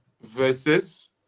versus